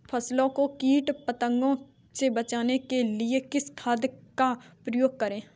फसलों को कीट पतंगों से बचाने के लिए किस खाद का प्रयोग करें?